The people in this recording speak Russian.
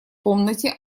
комнате